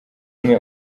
umwe